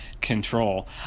control